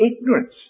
ignorance